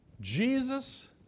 Jesus